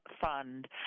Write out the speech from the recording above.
fund